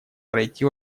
пройти